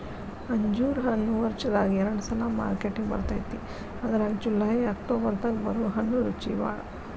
ಅಂಜೂರ ಹಣ್ಣು ವರ್ಷದಾಗ ಎರಡ ಸಲಾ ಮಾರ್ಕೆಟಿಗೆ ಬರ್ತೈತಿ ಅದ್ರಾಗ ಜುಲೈ ಅಕ್ಟೋಬರ್ ದಾಗ ಬರು ಹಣ್ಣು ರುಚಿಬಾಳ